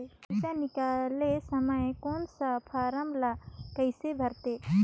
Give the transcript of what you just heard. पइसा निकाले समय कौन सा फारम ला कइसे भरते?